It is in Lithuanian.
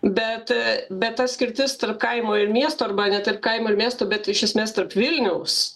bet bet atskirtis tarp kaimo ir miesto arba ne tarp kaimo ir miesto bet iš esmės tarp vilniaus